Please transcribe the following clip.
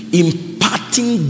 imparting